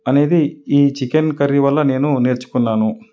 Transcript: అనేది ఈ chicken curry వల్ల నేను నేర్చుకున్నాను